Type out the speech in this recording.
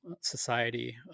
society